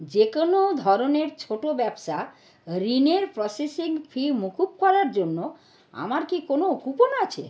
যে কোনো ধরনের ছোটো ব্যবসা ঋণ এর প্রসেসিং ফি মুকুব করার জন্য আমার কি কোনো কুপন আছে